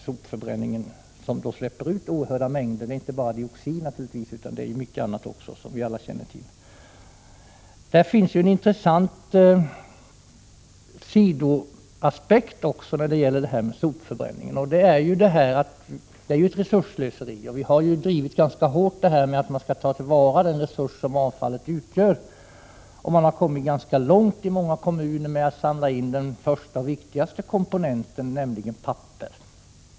Sopförbränningsanläggningarna släpper ut oerhörda mängder avfall, inte bara dioxiner utan även mycket annat. Här finns en intressant sidoaspekt. Sopförbränning innebär resursslöseri. Vi har ganska hårt drivit tesen att man skall ta vara på den resurs som avfallet utgör. Man har i många kommuner kommit ganska långt med att samla in den viktigaste komponenten, nämligen papper.